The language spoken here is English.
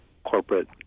corporate